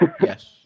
Yes